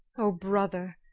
o brother,